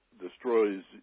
destroys